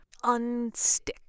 Unstick